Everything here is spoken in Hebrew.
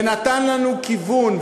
ונתן לנו כיוון,